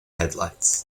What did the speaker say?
headlights